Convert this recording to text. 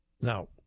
Now